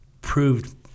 proved